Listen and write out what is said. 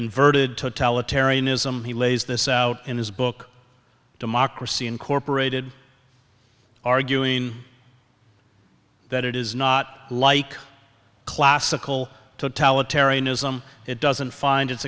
inverted totalitarianism he lays this out in his book democracy incorporated arguing that it is not like classical talent tarion ism it doesn't find